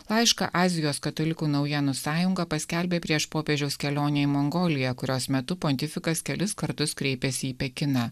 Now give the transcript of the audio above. laišką azijos katalikų naujienų sąjunga paskelbė prieš popiežiaus kelionę į mongoliją kurios metu pontifikas kelis kartus kreipėsi į pekiną